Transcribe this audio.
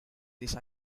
these